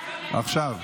עכשיו.